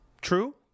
True